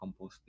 composting